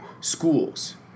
Schools